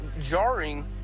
jarring